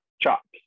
chops